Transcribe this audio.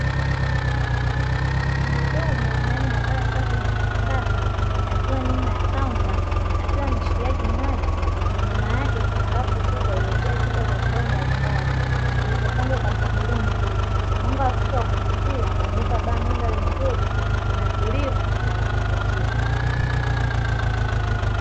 Muhudumu ndani ya baa safi na yakisasa akiwa nyuma ya kaunta, akiwa ameshikilia kinywaji na nyama yake kuna rafu kubwa iliyojaa chupa za vileo mbalimbali vilivyopangwa kwa mpangilio mzuri. Mwanga hafifu wa kuvutia unaipa baa mandhari nzuri na tulivu na yakuvutia.